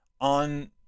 on